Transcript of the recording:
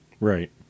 Right